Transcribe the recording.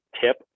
tip